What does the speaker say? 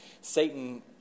Satan